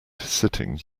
sitting